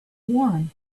warm